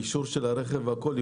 אישור הרכב והכול,